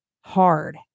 hard